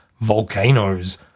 volcanoes